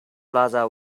plaza